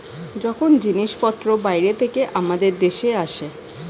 যখন জিনিসপত্র বাইরে থেকে আমাদের দেশে আসে